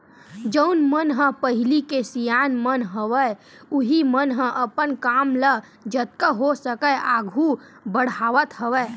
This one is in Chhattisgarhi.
जउन मन ह पहिली के सियान मन हवय उहीं मन ह अपन काम ल जतका हो सकय आघू बड़हावत हवय